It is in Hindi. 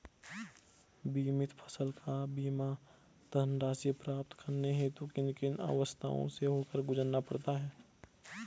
बीमित फसल का बीमा धनराशि प्राप्त करने हेतु किन किन अवस्थाओं से होकर गुजरना पड़ता है?